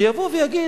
שיבוא ויגיד,